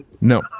No